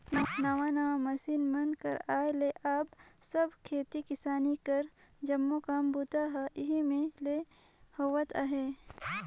नावा नावा मसीन मन कर आए ले अब सब खेती किसानी कर जम्मो काम बूता हर एही मे ले होवत अहे